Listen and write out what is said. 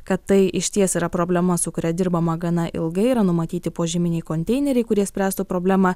kad tai išties yra problema su kuria dirbama gana ilgai yra numatyti požeminiai konteineriai kurie spręstų problemą